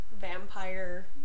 vampire